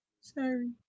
sorry